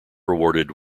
rewarded